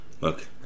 look